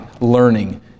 learning